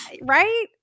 Right